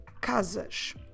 CASAS